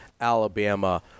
Alabama